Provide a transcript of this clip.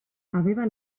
aveva